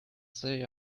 say